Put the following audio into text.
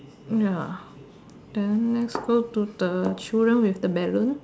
ya then let's go to the children with the balloons